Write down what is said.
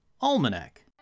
Almanac